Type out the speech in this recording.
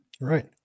Right